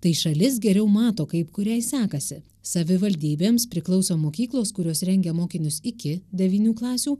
tai šalis geriau mato kaip kuriai sekasi savivaldybėms priklauso mokyklos kurios rengia mokinius iki devynių klasių